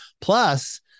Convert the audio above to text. Plus